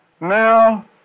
Now